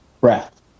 breath